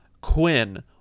Quinn